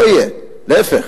לא יהיה, להיפך.